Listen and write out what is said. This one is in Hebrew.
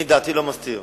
אני את דעתי לא מסתיר,